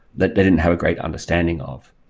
that they didn't have a great understanding of.